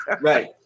Right